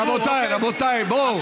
רבותיי, רבותיי, בואו.